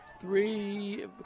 three